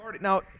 Now